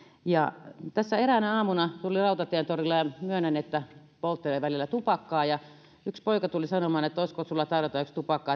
tässä eräänä aamuna tulin rautatientorille ja myönnän että polttelen välillä tupakkaa yksi poika tuli sanomaan että olisiko sinulla tarjota yksi tupakka